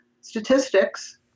statistics